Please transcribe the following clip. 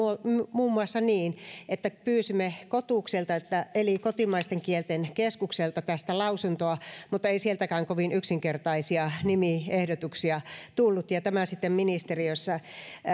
muun muassa niin että pyysimme kotukselta eli kotimaisten kielten keskukselta tästä lausuntoa mutta ei sieltäkään kovin yksinkertaisia nimiehdotuksia tullut ja tämä sitten ministeriössä